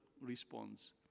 response